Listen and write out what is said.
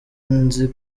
nzi